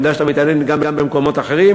אני יודע שאתה מתעניין גם במקומות אחרים,